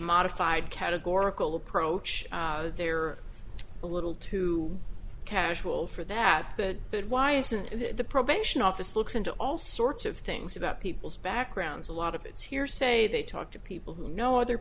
modified categorical approach they're a little too casual for that but why isn't the probation office looks into all sorts of things about people's backgrounds a lot of it's hearsay they talk to people who know other